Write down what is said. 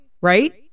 right